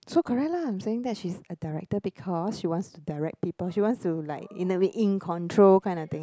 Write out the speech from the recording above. so correct la I'm saying that she's a director because she wants to direct people she wants to like in a way in control kind of thing